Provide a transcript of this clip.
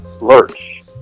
lurch